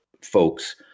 folks